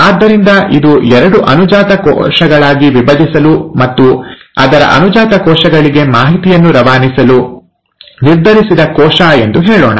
ಆದ್ದರಿಂದ ಇದು ಎರಡು ಅನುಜಾತ ಕೋಶಗಳಾಗಿ ವಿಭಜಿಸಲು ಮತ್ತು ಅದರ ಅನುಜಾತ ಕೋಶಗಳಿಗೆ ಮಾಹಿತಿಯನ್ನು ರವಾನಿಸಲು ನಿರ್ಧರಿಸಿದ ಕೋಶ ಎಂದು ಹೇಳೋಣ